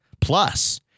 Plus